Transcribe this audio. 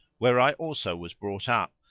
where i also was brought up,